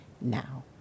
now